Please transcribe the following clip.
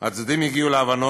על כך, הצדדים הגיעו להבנות